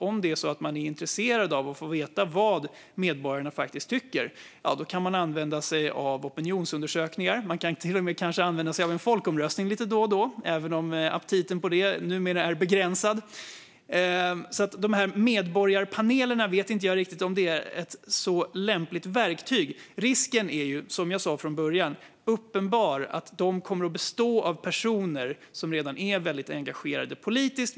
Om man är intresserad av att få veta vad medborgarna tycker kan man använda sig av opinionsundersökningar. Man kan kanske till och med använda sig av en folkomröstning lite då och då, även om aptiten på det numera är begränsad. Jag vet inte riktigt om medborgarpanelerna är ett så lämpligt verktyg. Som jag sade från början är risken uppenbar att de kommer att bestå av personer som redan är väldigt engagerade politiskt.